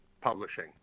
publishing